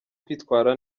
kwitwara